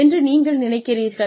என்று நீங்கள் நினைக்கிறீர்கள்